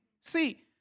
See